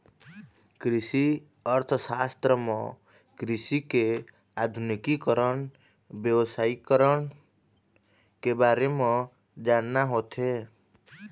कृषि अर्थसास्त्र म कृषि के आधुनिकीकरन, बेवसायिकरन के बारे म जानना होथे